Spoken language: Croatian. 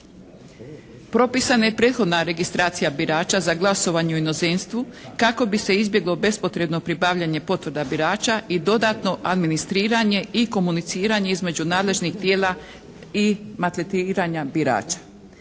Propisana je prethodna registracija birača za glasovanje u inozemstvu kako bi se izbjeglo bespotrebno pribavljanja potvrda birača i dodatno administriranje i komuniciranje između nadležnih tijela i maltretiranja birača.